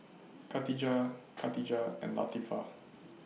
Khatijah Katijah and Latifa